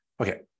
Okay